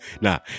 now